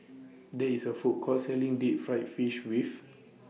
There IS A Food Court Selling Deep Fried Fish with